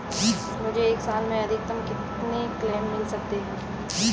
मुझे एक साल में अधिकतम कितने क्लेम मिल सकते हैं?